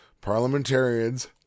Parliamentarians